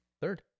Third